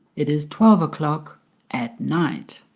it is twelve o'clock at night